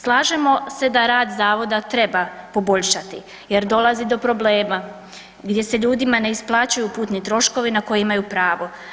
Slažemo se da rad zavoda treba poboljšati jer dolazi do problema gdje se ljudima ne isplaćuju putni troškovi na koje imaju pravo.